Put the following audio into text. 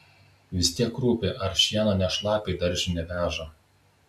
vis tiek rūpi ar šieną ne šlapią į daržinę veža